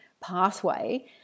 pathway